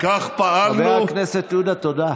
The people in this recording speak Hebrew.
חבר הכנסת עודה, תודה.